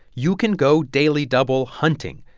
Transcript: you can go daily double hunting,